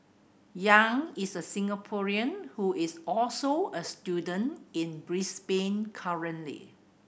Yang is a Singaporean who is also a student in Brisbane currently